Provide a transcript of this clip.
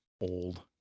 old